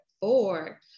four